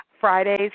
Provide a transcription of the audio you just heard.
Fridays